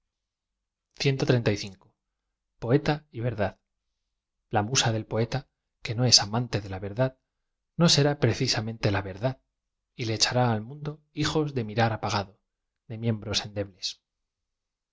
msica y verdad l a musa del poeta que no es amante de la verdad no será precisamente la verdad y le echará a l mundo hijos de miru apagado de miembros endebles